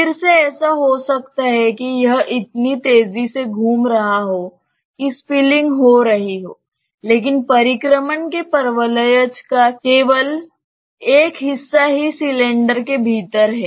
फिर से ऐसा हो सकता है कि यह इतनी तेजी से घूम रहा हो कि स्पिलिंग हो रही हो लेकिन परिक्रमण के परवलयज का केवल एक हिस्सा ही सिलेंडर के भीतर है